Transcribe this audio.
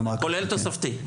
כולל תוספתי.